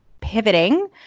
pivoting